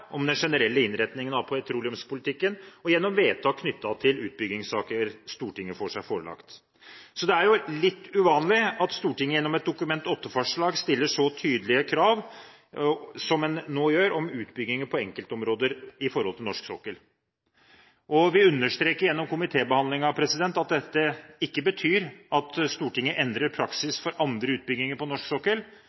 den generelle innretningen av petroleumspolitikken og gjennom vedtak knyttet til utbyggingssaker Stortinget får seg forelagt. Så det er litt uvanlig at Stortinget gjennom et Dokument 8-forslag stiller så tydelige krav som en nå gjør om utbygginger på enkeltområder på norsk sokkel. Vi understreker gjennom komitébehandlingen at dette ikke betyr at Stortinget endrer praksis for andre utbygginger på norsk sokkel,